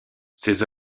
ses